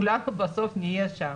כולנו בסוף נהיה שם.